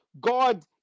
god